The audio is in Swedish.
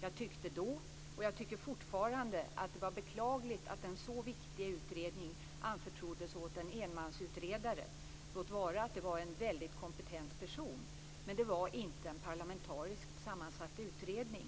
Jag tyckte då och jag tycker fortfarande att det var beklagligt att en så viktig utredning anförtroddes åt en enmansutredare, låt vara att det var en mycket kompetent person. Men det var inte en parlamentariskt sammansatt utredning.